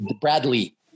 Bradley